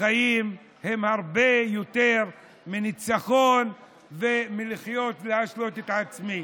החיים הם הרבה יותר מניצחון ומלהשלות את עצמי.